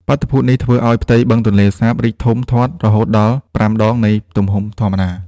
បាតុភូតនេះធ្វើឱ្យផ្ទៃបឹងទន្លេសាបរីកធំធាត់រហូតដល់ប្រាំដងនៃទំហំធម្មតា។